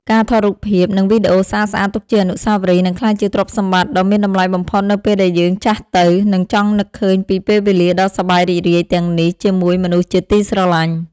ការថតរូបភាព និង វីដេអូស្អាតៗទុកជាអនុស្សាវរីយ៍នឹងក្លាយជាទ្រព្យសម្បត្តិដ៏មានតម្លៃបំផុតនៅពេលដែលយើងចាស់ទៅ និង ចង់នឹកឃើញពីពេលវេលាដ៏សប្បាយរីករាយទាំងនេះជាមួយមនុស្សជាទីស្រឡាញ់។